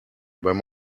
wenn